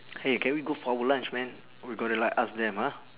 hey can we go for our lunch man we got to like ask them ah